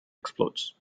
explodes